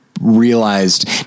realized